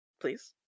Please